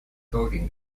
coating